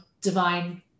divine